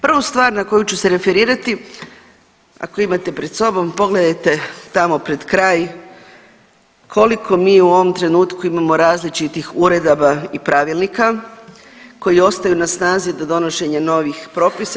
Prvu stvar na koju ću se referirati ako imate pred sobom pogledajte tamo pred kraj koliko mi u ovom trenutku imamo različitih uredaba i pravilnika koji ostaju na snazi do donošenja novih propisa.